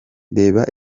reba